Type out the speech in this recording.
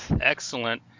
excellent